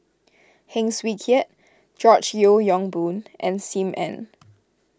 Heng Swee Keat George Yeo Yong Boon and Sim Ann